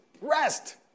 rest